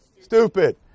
Stupid